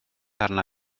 arna